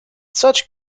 such